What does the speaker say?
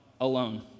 alone